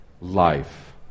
life